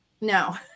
No